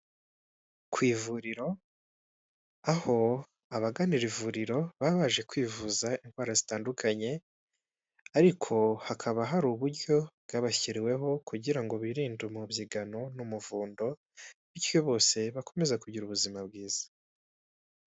Ku ivuriro aho abagana iri ivuriro baba baje kwivuza indwara zitandukanye, ariko hakaba hari uburyo bwabashyiriweho kugira ngo birinde umubyigano n'umuvundo, bityo bose bakomeze kugira ubuzima bwiza.